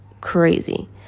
Crazy